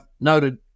noted